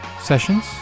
sessions